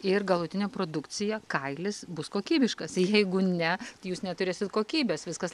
ir galutinė produkcija kailis bus kokybiškas jeigu ne jus neturėsit kokybės viskas